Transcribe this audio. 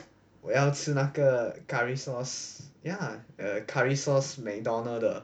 我要吃那个 curry sauce ya the curry sauce mcdonald 的